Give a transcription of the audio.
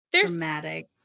dramatic